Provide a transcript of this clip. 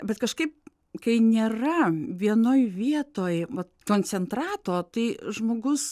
bet kažkaip kai nėra vienoj vietoj va koncentrato tai žmogus